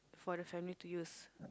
for the family to use